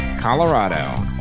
Colorado